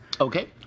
okay